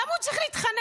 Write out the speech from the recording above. למה הוא צריך להתחנן?